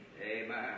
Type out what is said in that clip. Amen